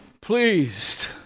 pleased